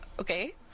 Okay